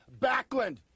Backlund